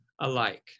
alike